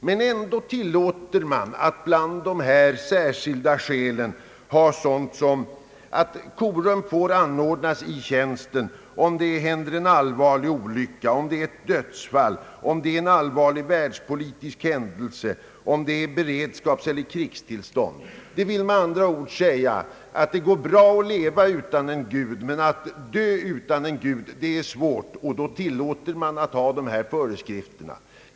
Men ändå tillåter man att bland de särskilda skälen föreskriva att korum får anordnas i tjänsten om det händer en allvarlig olycka, om det inträffar ett dödsfall eller en allvarlig världspolitisk händelse, om det är beredskapseller krigstillstånd. Det vill med andra ord säga att det går bra att leva utan Gud men att dö utan Gud är svårt, och därför tillåter man dessa föreskrifter.